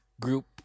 group